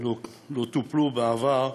טופלו בעבר,